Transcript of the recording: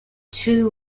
two